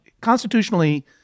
constitutionally